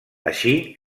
així